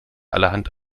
allerhand